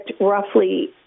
roughly